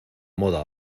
moda